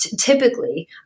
typically